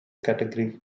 category